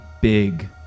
big